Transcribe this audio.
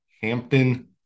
Hampton